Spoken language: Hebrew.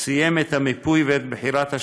סיים את המיפוי ואת בחירת השמות,